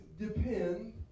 depend